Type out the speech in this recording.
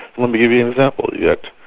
let me give you an example yet.